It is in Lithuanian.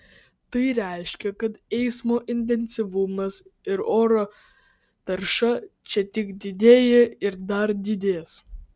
tai reiškia kad eismo intensyvumas ir oro tarša čia tik didėja ir dar didės